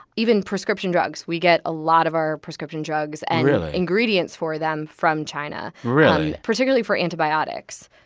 even prescription drugs. we get a lot of our prescription drugs and ingredients for them from china really? particularly for antibiotics.